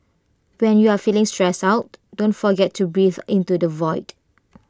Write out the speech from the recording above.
when you are feeling stressed out don't forget to breathe into the void